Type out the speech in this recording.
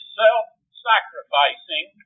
self-sacrificing